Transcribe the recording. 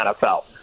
NFL